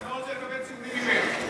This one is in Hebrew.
אני לא רוצה לקבל ציונים ממך.